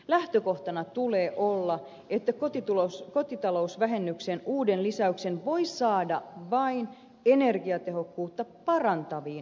lähtökohtana tulee olla että kotitalousvähennyksen uuden lisäyksen voi saada vain energiatehokkuutta parantaviin remontteihin